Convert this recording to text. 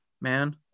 man